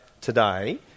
today